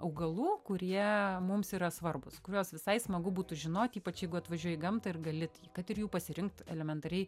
augalų kurie mums yra svarbūs kuriuos visai smagu būtų žinot ypač jeigu atvažiuoji į gamtą ir gali kad ir jų pasirinkt elementariai